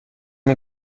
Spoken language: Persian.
این